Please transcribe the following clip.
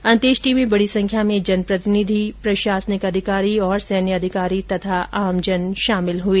अंत्येष्टी में बडी संख्या में जनप्रतिनिधि प्रशासनिक और सैन्य अधिकारी तथा आमजन शामिल हुए